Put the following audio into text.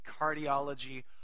cardiology